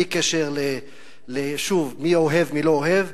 בקשר, שוב, מי אוהב, מי לא אוהב,